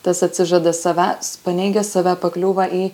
tas atsižada savęs paneigia save pakliūva į